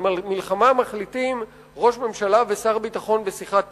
על מלחמה מחליטים ראש הממשלה ושר הביטחון בשיחת טלפון.